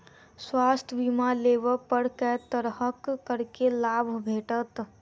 स्वास्थ्य बीमा लेबा पर केँ तरहक करके लाभ भेटत?